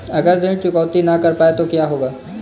अगर ऋण चुकौती न कर पाए तो क्या होगा?